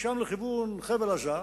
ומשם לכיוון חבל-עזה,